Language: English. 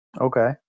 Okay